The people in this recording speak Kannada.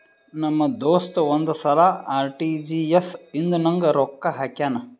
ನಮ್ ದೋಸ್ತ ಒಂದ್ ಸಲಾ ಆರ್.ಟಿ.ಜಿ.ಎಸ್ ಇಂದ ನಂಗ್ ರೊಕ್ಕಾ ಹಾಕ್ಯಾನ್